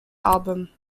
album